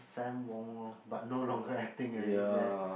Fann-Wong lor but no longer acting already then